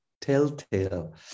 telltale